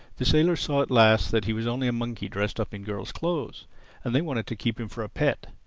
the sailors saw at last that he was only a monkey dressed up in girl's clothes and they wanted to keep him for a pet.